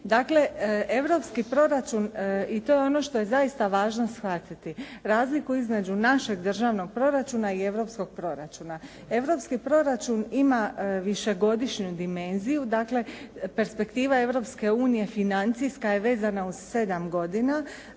Dakle, europski proračun i to je ono što je zaista važno shvatiti, razliku između našeg državnog proračuna i europskog proračuna. Europski proračun ima višegodišnju dimenziju, dakle perspektiva Europske unije financijski je vezana uz sedam godina,